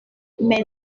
mais